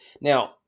Now